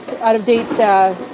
out-of-date